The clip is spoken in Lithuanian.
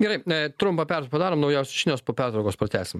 gerai trumpą pertrauką padarom naujausios žinios po pertraukos pratęsim